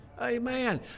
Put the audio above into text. Amen